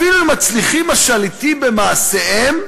אפילו מצליחים השליטים במעשיהם,